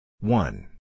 One